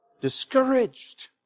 Discouraged